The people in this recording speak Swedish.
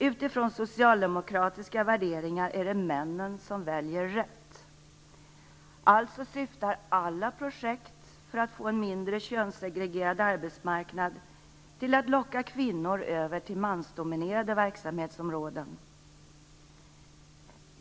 Utifrån socialdemokratiska värderingar är det männen som väljer rätt. Alltså syftar alla projekt för att få en mindre könssegregerad arbetsmarknad till att locka kvinnor över till mansdominerade verksamhetsområden.